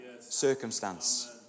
circumstance